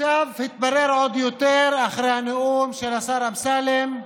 עכשיו התברר עוד יותר, אחרי הנאום של השר אמסלם,